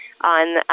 on